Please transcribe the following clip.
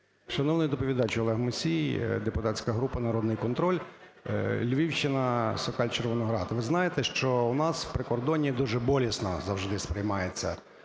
Шановний доповідач! Олег Мусій, депутатська група "Народний контроль", Львівщина, Сокаль, Червоноград. Ви знаєте, що в нас, у прикордонні, дуже болісно завжди сприймається